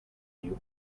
you